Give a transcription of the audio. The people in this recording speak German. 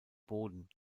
boden